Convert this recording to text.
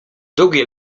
długie